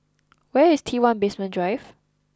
where is T One Basement Drive